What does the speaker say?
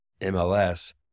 MLS